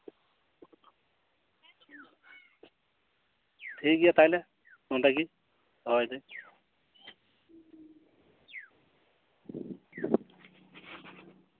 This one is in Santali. ᱴᱷᱤᱠᱜᱮᱭᱟ ᱛᱟᱦᱚᱞᱮ ᱱᱚᱸᱰᱮ ᱜᱮ ᱫᱚᱦᱚᱭᱫᱟᱹᱧ